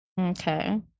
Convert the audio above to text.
Okay